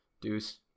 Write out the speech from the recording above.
Deuce